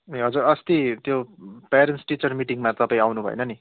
ए हजुर अस्ति त्यो प्यारेन्टस् टिचर मिटिङमा तपाईँ आउँनु भएन नि